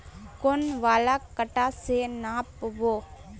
कौन वाला कटा से नाप बो?